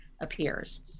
appears